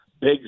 big